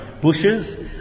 bushes